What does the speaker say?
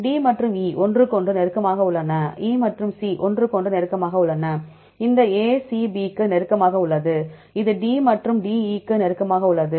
D மற்றும் E ஒன்றுக்கொன்று நெருக்கமாக உள்ளன E மற்றும் C ஒன்றுக்கொன்று நெருக்கமாக உள்ளன இந்த AC B க்கு நெருக்கமாக உள்ளது இது D மற்றும் DE க்கு நெருக்கமாக உள்ளது